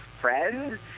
Friends